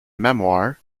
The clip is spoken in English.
memoir